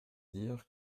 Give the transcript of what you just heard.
dire